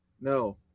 no